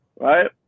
Right